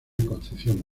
concepción